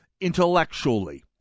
intellectually